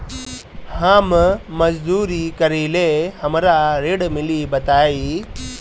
हम मजदूरी करीले हमरा ऋण मिली बताई?